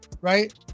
right